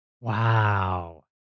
Wow